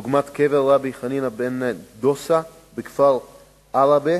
דוגמת קבר רבי חנינא בן דוסא בכפר עראבה